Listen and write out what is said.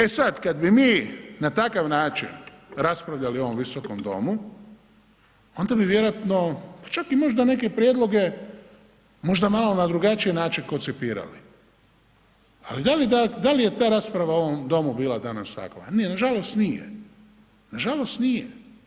E sad kad bi mi na takav način raspravljali u ovom visokom domu, onda bi vjerojatno čak i možda neke prijedloge možda malo na drugačiji način koncipirali, ali da li je ta rasprava u ovom domu bila danas takova, nije, nažalost nije, nažalost nije.